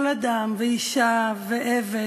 כל אדם ואישה ועבד,